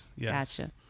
gotcha